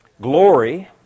glory